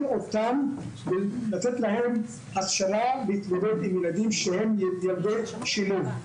אותן ולתת להן הכשרה להתמודד עם ילדים שהם ילדי שילוב.